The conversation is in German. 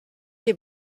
die